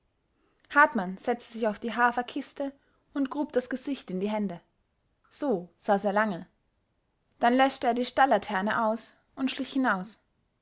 hartmann setzte sich auf die haferkiste und grub das gesicht in die hände so saß er lange dann löschte er die stallaterne aus und schlich hinaus